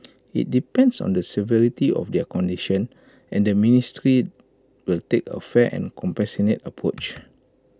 IT depends on the severity of their condition and the ministry will take A fair and compassionate approach